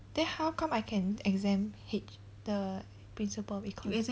then how come I can exempt H the principle of econs